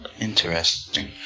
Interesting